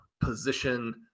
position